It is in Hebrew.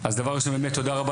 אז דבר ראשון באמת לכולם,